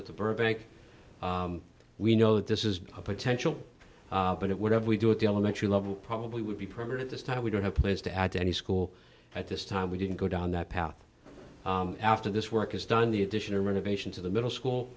at the burbank we know that this is a potential but it would have we do at the elementary level probably would be permit at this time we don't have plans to add any school at this time we didn't go down that path after this work is done the addition or motivation to the middle school